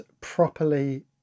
properly